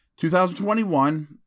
2021